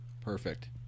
Perfect